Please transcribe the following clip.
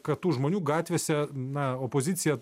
kad tų žmonių gatvėse na opozicija